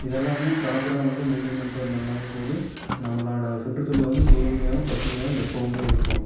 இதெல்லாமே ப்ராப்பராக வந்து மெயின்டன் பண்ணிகிட்டு வந்தோம்னாவே போதும் நம்மளோட சுற்றுசூழல் வந்து தூய்மையாகவும் பசுமையாகவும் எப்போவுமே இருக்கும்